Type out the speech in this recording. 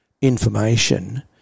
information